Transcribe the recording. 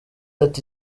ati